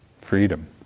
freedom